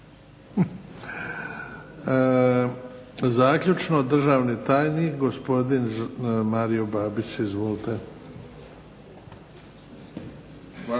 Zaključno državni tajnik gospodin Mario Babić. Izvolite.